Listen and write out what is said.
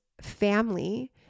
family